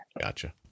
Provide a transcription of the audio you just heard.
Gotcha